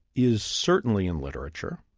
is certainly in literature,